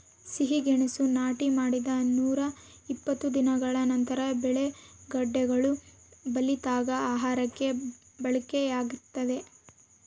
ಸಿಹಿಗೆಣಸು ನಾಟಿ ಮಾಡಿದ ನೂರಾಇಪ್ಪತ್ತು ದಿನಗಳ ನಂತರ ಬೆಳೆ ಗೆಡ್ಡೆಗಳು ಬಲಿತಾಗ ಆಹಾರಕ್ಕೆ ಬಳಕೆಯಾಗ್ತದೆ